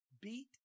beat